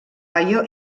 ohio